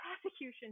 prosecution